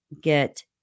get